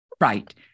Right